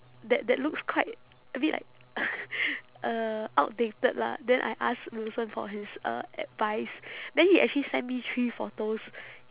that that looks quite a bit like uh outdated lah then I ask wilson for his uh advice then he actually sent me three photos